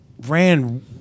ran